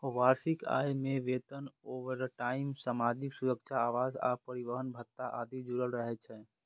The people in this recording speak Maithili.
वार्षिक आय मे वेतन, ओवरटाइम, सामाजिक सुरक्षा, आवास आ परिवहन भत्ता आदि जुड़ल रहै छै